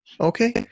Okay